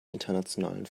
internationalen